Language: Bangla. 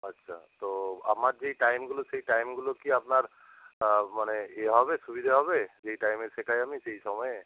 আচ্ছা তো আমার যেই টাইমগুলো সেই টাইমগুলো কি আপনার মানে ইয়ে হবে সুবিধা হবে যেই টাইমে শেখাই আমি সেই সময়ে